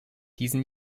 diesen